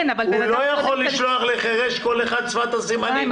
הוא לא יכול לשלוח לחרש כל אחד עם שפת סימנים.